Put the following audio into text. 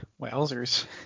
wowzers